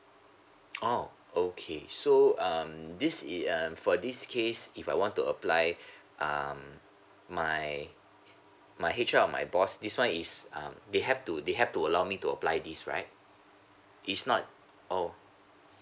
orh okay so um this is um for this case if I want to apply um my my H_R or my boss this one is um they have to they have to allow me to apply this right it's not oh